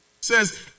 says